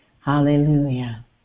hallelujah